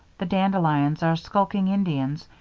the dandelions are skulking indians,